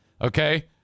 Okay